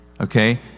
okay